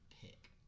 pick